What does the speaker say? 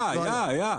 היה, היה.